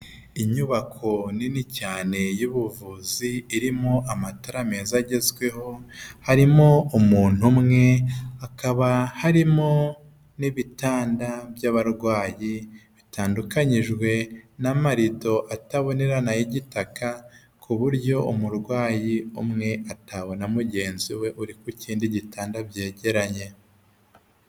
Inyubako nini cyane y'ubuvuzi irimo amatara meza agezweho harimo umuntu umwe, hakaba harimo n'ibitanda by'abarwayi bitandukanyijwe n'amarido atabonerana y'igitaka ku buryo umurwayi umwe atabona mugenzi we uri ku kindi gitanda byegeranye.